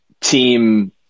team